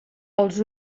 els